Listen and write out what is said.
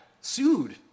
sued